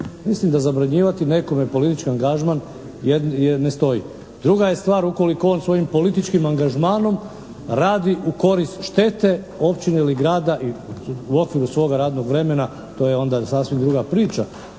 Mislim da zabranjivati nekome politički angažman ne stoji. Druga je stvar ukoliko on svojim političkim angažmanom radi u korist štete općine ili grada i u okviru svoga radnog vremena, to je onda sasvim druga priča,